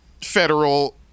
federal